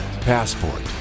Passport